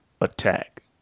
attack